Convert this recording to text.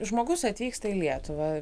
žmogus atvyksta į lietuvą